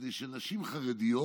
כדי שנשים חרדיות